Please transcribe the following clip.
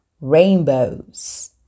rainbows